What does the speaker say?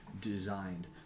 designed